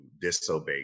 disobey